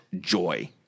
joy